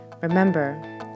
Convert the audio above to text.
Remember